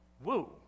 Woo